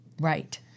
Right